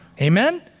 Amen